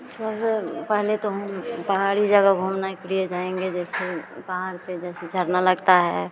sir पहले तो हम पहाड़ी जगह घूमने के लिए जाएँगे जैसे पहाड़ पर जैसे झरना लगता है